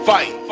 Fight